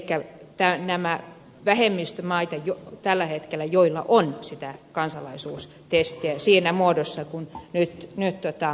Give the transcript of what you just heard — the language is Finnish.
elikkä nämä ovat vähemmistömaita tällä hetkellä joilla on sitä kansalaisuustestiä siinä muodossa kuin nyt esitetään